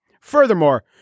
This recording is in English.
Furthermore